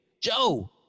Joe